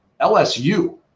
LSU